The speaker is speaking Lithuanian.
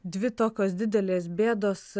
dvi tokios didelės bėdos